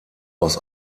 aus